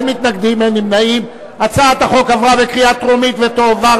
התש"ע 2010,